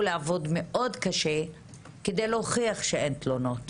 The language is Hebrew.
לעבוד מאוד קשה כדי להוכיח שאין תלונות.